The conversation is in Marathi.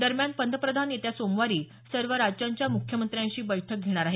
दरम्यान पंतप्रधान येत्या सोमवारी सर्व राज्यांच्या मुख्यमंत्र्यांशी बैठक घेणार आहेत